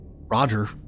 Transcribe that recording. Roger